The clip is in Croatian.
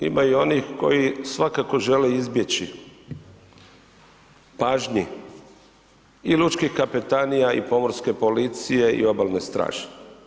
Ima i onih koji svakako žele izbjeći pažnji i lučkih kapetanija i pomorske policije i obalne straže.